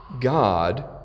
God